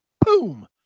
boom